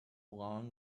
long